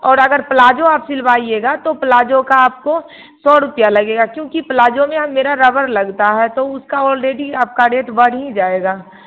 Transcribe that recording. और अगर प्लाजो आप सिलवाइएगा तो प्लाजो का आपको सौ रुपया लगेगा क्योंकि प्लाजो में मेरा रबर लगता है तो उसका ऑलरेडी आपका रेट बढ़ ही जाएगा